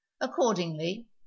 Accordingly